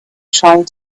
trying